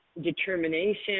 determination